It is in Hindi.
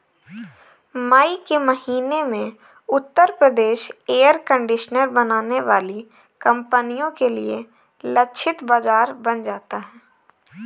मई के महीने में उत्तर प्रदेश एयर कंडीशनर बनाने वाली कंपनियों के लिए लक्षित बाजार बन जाता है